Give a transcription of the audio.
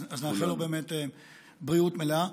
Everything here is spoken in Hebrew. אז נאחל לו באמת בריאות מלאה.